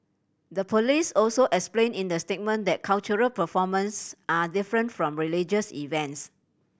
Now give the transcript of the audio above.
the police also explained in the statement that cultural performances are different from religious events